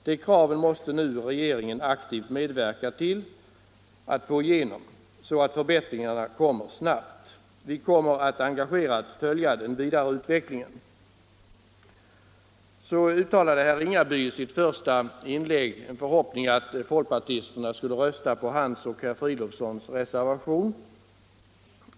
Dessa krav måste nu regeringen aktivt medverka till att genomdriva så att förbättringarna kommer snabbt. Vi kommer att engagerat följa den vidare utvecklingen! Herr Ringaby uttalade i sitt första inlägg en förhoppning att folkpartisterna skulle rösta på hans och herr Fridolfssons reservation.